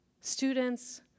Students